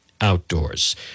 Outdoors